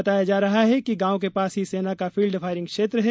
बताया जा रहा है कि गांव के पास ही सेना का फील्ड फायरिंग क्षेत्र है